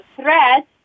threat